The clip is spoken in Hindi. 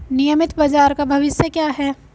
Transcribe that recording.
नियमित बाजार का भविष्य क्या है?